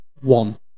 One